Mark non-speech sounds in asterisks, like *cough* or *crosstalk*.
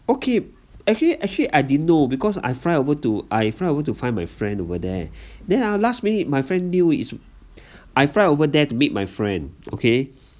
okay actually actually I didn't know because I fly over to I fly over to find my friend over there *breath* then ah last minute my friend knew is I fly over there to meet my friend okay